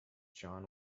john